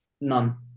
none